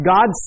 God